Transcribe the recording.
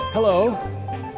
Hello